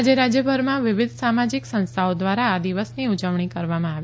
આજે રાજ્યભરમાં વિવિધ સામાજીક સંસ્થાઓ દ્વારા આ દિવસની ઉજવણી કરવામાં આવી